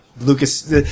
Lucas